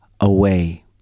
away